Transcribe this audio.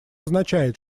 означает